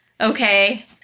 Okay